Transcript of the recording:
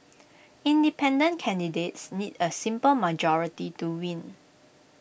independent candidates need A simple majority to win